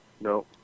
No